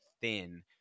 thin